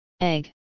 Egg